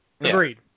Agreed